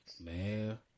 Man